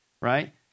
right